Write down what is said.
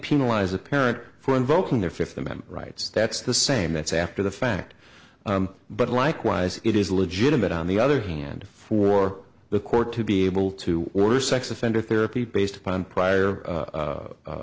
penalize a parent for invoking their fifth amendment rights that's the same that's after the fact but likewise it is legitimate on the other hand for the court to be able to order a sex offender therapy based upon prior